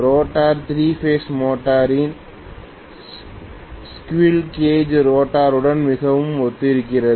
rotor 3 phase மோட்டரின் squirrel cage ரோட்டருடன் Squirrel cage rotor மிகவும் ஒத்திருக்கிறது